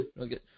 Okay